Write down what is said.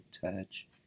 touch